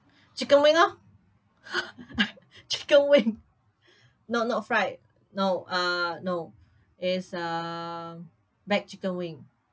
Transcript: chicken wing oh I chicken wing no not fried no uh no is um baked chicken wing